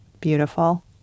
beautiful